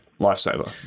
Lifesaver